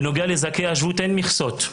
בנוגע לזכאי השבות אין מכסות,